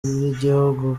y’igihugu